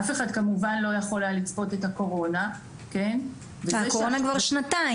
אף אחד כמובן לא יכול היה לצפות את הקורונה --- הקורונה כבר שנתיים.